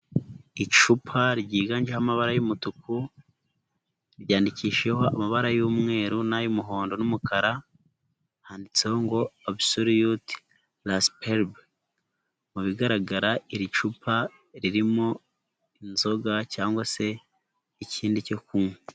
Icupa ryiganjeho amabara y'umutuku, ryandikishijeho amabara y'umweru n'ay'umuhondo n'umukara, handitseho ngo abusoliyute lasiperube. Mu bigaragara iri cupa ririmo inzoga cyangwa se ikindi cyo kunywa.